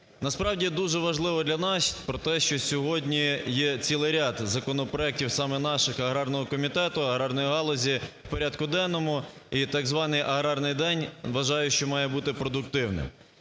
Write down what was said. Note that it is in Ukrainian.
Насправді дуже важливо для нас про те, що сьогодні є цілий ряд законопроектів саме наших, аграрного комітету, аграрної галузі в порядку денному і так званий аграрний день, вважаю, що має бути продуктивним.